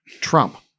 Trump